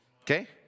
Okay